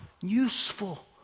useful